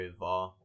over